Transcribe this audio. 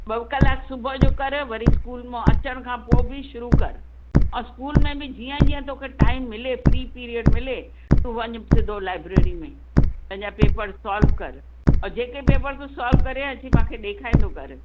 ॿ क्लाक सुबुह जो कर वरी स्कूल मों अचनि खां पोइ बि शुरू कर ऐं स्कूल में जीअं जीअं तोखे टाइम मिले फ्री पीरियड वञ सिधो लैबररी में पंहिंजा पेपर सोल्व कर जेके पेपर तूं सोल्व करे थो अचीं मूंखे ॾेखारींदो कर